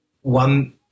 one